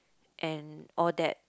and all that